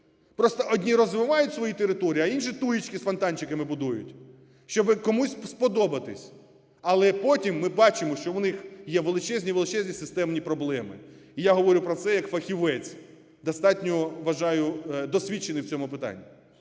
просто одні розвивають свої території, а інші туєчки з фонтанчиками будують, щоб комусь сподобатись. Але потім ми бачимо, що у них є величезні-величезні системні проблеми. І я говорю про це як фахівець, достатньо, вважаю, досвідчений в цьому питанні.